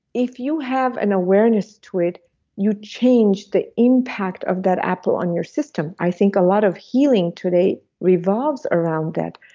if you have an awareness to it you change the impact of that apple on your system. i think a lot of healing today revolves around that,